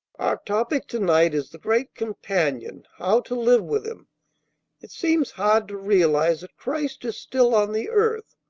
topic to-night is the great companion how to live with him it seems hard to realize that christ is still on the earth.